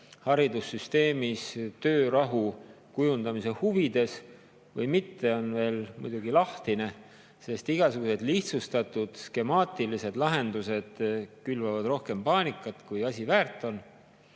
haridussüsteemis töörahu kujundamise huvides või mitte, on muidugi veel lahtine, sest igasugused lihtsustatud skemaatilised lahendused külvavad rohkem paanikat, kui asi väärt on.